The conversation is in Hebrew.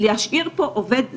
להשאיר פה עובד זר,